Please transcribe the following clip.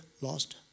lost